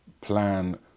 plan